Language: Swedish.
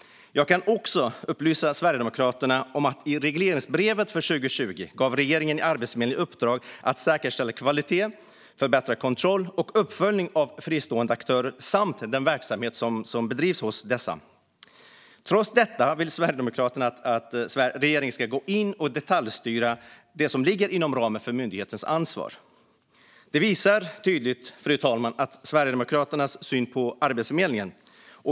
Jag kan också upplysa Sverigedemokraterna om att regeringen i regleringsbrevet för 2020 gav Arbetsförmedlingen i uppdrag att säkerställa kvalitet samt förbättra kontroll och uppföljning av fristående aktörer och den verksamhet som bedrivs hos dessa. Trots detta vill Sverigedemokraterna att regeringen ska gå in och detaljstyra det som ligger inom ramen för myndighetens ansvar. Det visar tydligt, fru talman, Sverigedemokraternas syn på Arbetsförmedlingen.